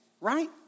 Right